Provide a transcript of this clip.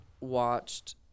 watched